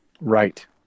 Right